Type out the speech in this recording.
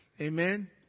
Amen